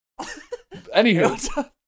anywho